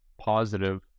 positive